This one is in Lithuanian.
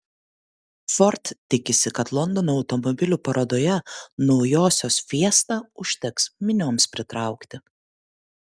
ford tikisi kad londono automobilių parodoje naujosios fiesta užteks minioms pritraukti